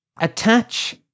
attach